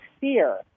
fear